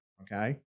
Okay